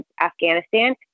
Afghanistan